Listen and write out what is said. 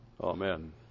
Amen